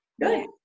Good